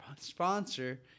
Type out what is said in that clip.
sponsor